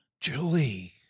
Julie